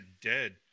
dead